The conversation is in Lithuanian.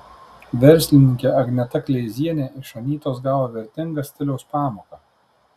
verslininkė agneta kleizienė iš anytos gavo vertingą stiliaus pamoką